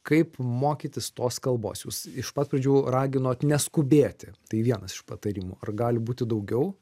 kaip mokytis tos kalbos jūs iš pat pradžių raginot neskubėti tai vienas iš patarimų ar gali būti daugiau